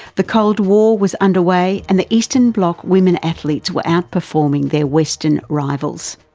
the cold war was under way and the eastern bloc women athletes were outperforming their western rivals.